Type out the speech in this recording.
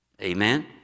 Amen